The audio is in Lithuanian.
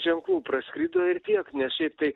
ženklų praskrido ir tiek nes šiaip tai